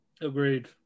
Agreed